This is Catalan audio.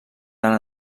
tant